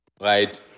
Right